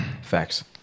Facts